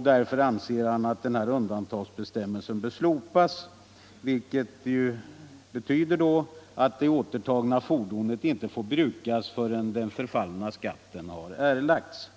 Därför anser han att undantagsbestämmelsen bör slopas, vilket betyder att det återtagna fordonet inte får brukas förrän den förfallna skatten har erlagts.